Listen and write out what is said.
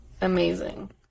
Amazing